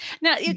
Now